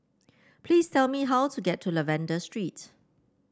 please tell me how to get to Lavender Street